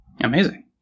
Amazing